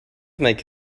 make